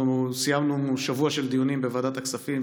אנחנו סיימנו שבוע של דיונים בוועדת הכספים,